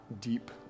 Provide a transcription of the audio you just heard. deep